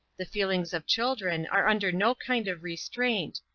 the feelings of children are under no kind of restraint,